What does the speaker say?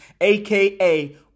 aka